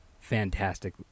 Fantastic